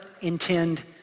intend